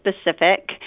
specific